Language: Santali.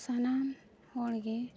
ᱥᱟᱱᱟᱢ ᱦᱚᱲᱜᱮ